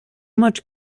much